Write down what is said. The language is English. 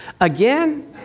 again